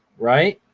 right,